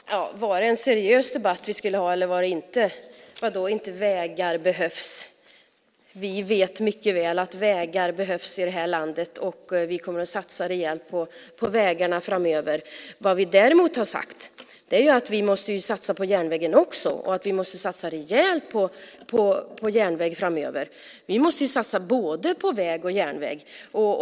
Fru talman! Var det en seriös debatt som vi skulle ha eller inte? Skulle vi ha sagt att vägar inte behövs? Vi vet mycket väl att vägar behövs i det här landet, och vi kommer att satsa rejält på vägarna framöver. Vad vi däremot har sagt är att vi måste satsa på järnvägen också och att vi måste satsa rejält på järnvägen framöver. Vi måste satsa både på vägar och på järnvägar.